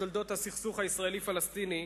לתולדות הסכסוך הישראלי-פלסטיני,